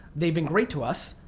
they've been great to us,